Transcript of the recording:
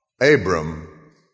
Abram